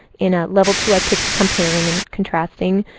in ah level two, i picked comparing and contrasting.